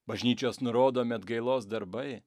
bažnyčios nurodomi atgailos darbai